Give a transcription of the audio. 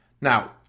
Now